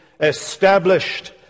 established